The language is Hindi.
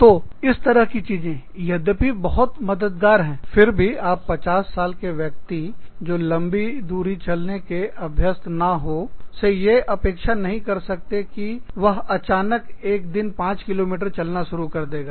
तो इस तरह की चीजें यद्यपि बहुत मददगार हैं फिर भी आप 50 साल के व्यक्ति जो बहुत लंबी दूरी चलने का अभ्यस्त ना हो से यह अपेक्षा नहीं कर सकते हैं कि वह अचानक से एक दिन 5 किलोमीटर चलना शुरू कर देगा